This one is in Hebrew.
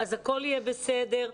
הכול יהיה בסדר?